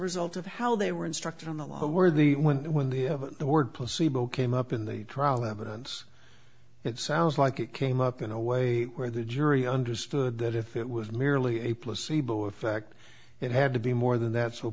result of how they were instructed on the law were the when when the of the word placebo came up in the trial evidence it sounds like it came up in a way where the jury understood that if it was merely a placebo effect it had to be more than that so